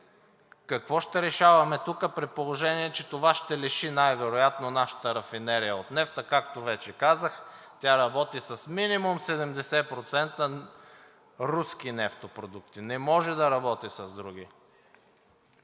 какво ще решаваме тук, при положение че това ще лиши най-вероятно нашата рафинерия от нефт, а както вече казах, тя работи с минимум 70% руски нефтопродукти, не може да работи с други?